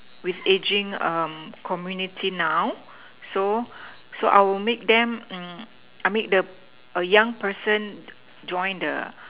with aging a community now so so I will make them um I make the a young person join the